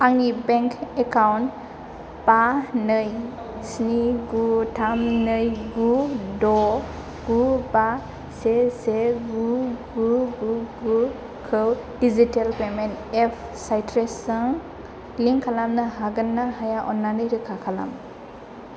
आंनि bank account बा नै स्नि गु थाम नै गु द' गु बा से से गु गु गु गु खौ डिजिटेल पेमेन्ट एप साइट्रेसजों लिंक खालामनो हागोन ना हाया अन्नानै रोखा खालाम